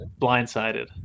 blindsided